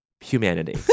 Humanity